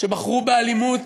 שבחרו באלימות,